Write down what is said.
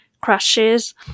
crashes